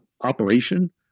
operation